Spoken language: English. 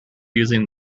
using